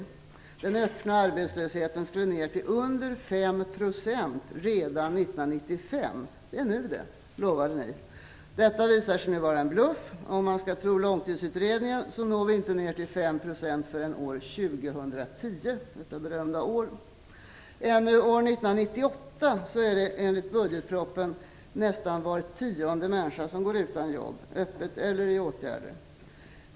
Ni lovade att den öppna arbetslösheten skulle ner till under 5 % redan 1995 - det är nu det! Detta visar sig nu vara en bluff. Om man skall tro Långtidsutredningen når vi inte ner till 5 % förrän år 2010, detta berömda år. Ännu år 1998 kommer enligt budgetpropositionen nästan var tionde människa att gå utan jobb, att vara öppet arbetslösa eller föremål för arbetsmarknadspolitiska åtgärder.